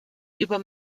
über